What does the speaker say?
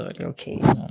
okay